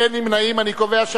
להצביע.